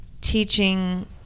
teaching